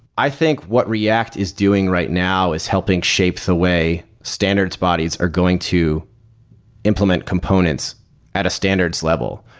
i think what react is doing right now is helping shape the way standards bodies are going to implement components at a standards level,